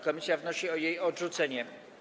Komisja wnosi o jej odrzucenie.